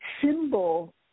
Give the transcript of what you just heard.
symbol